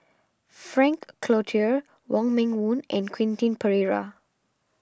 Frank Cloutier Wong Meng Voon and Quentin Pereira